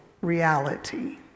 reality